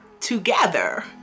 together